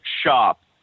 shop